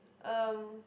um